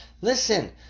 listen